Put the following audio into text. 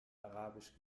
arabisch